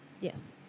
Yes